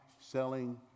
selling